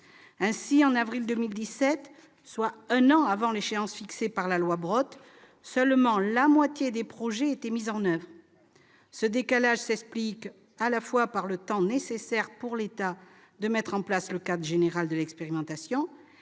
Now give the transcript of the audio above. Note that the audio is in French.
Ainsi, en avril 2017, soit un an avant l'échéance fixée par la loi Brottes, seulement la moitié des projets étaient mis en oeuvre. Ce décalage s'explique par le temps nécessaire à la fois pour que l'État puisse mettre en place le cadre général de l'expérimentation